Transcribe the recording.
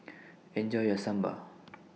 Enjoy your Sambar